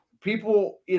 people